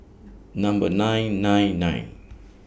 Number nine nine nine